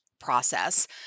process